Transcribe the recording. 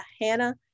Hannah